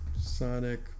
Sonic